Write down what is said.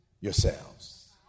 yourselves